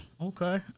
Okay